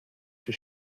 się